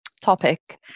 topic